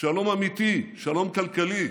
שלום אמיתי, שלום כלכלי,